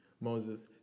Moses